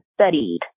studied